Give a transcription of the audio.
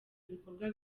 ibikorwa